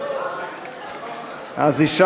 סעיפים 36 41 נתקבלו.